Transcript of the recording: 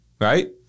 right